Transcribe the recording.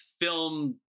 film